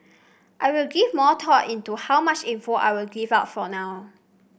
I will give more thought into how much info I will give out for now